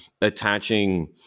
attaching